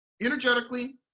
energetically